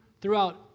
throughout